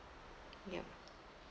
yup